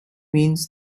means